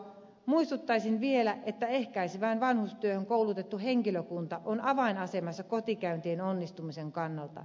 muistuttaisin vielä että ehkäisevään vanhustyöhön koulutettu henkilökunta on avainasemassa kotikäyntien onnistumisen kannalta